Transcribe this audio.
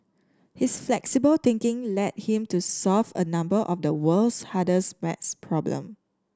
his flexible thinking led him to solve a number of the world's hardest maths problem